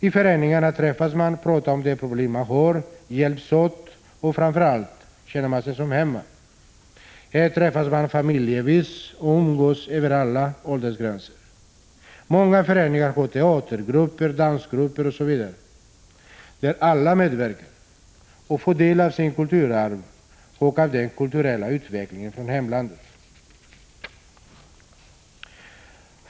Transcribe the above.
I föreningarna träffas man, pratar om de problem man har, hjälps åt och, framför allt, känner sig som hemma. Här träffas man familjevis och umgås över alla åldersgränser. Många föreningar har teatergrupper, dansgrupper, körer etc., där alla medverkar och får del av sitt kulturarv och av den kulturella utvecklingen från hemlandet.